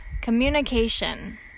communication